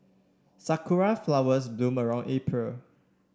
Sakura flowers bloom around April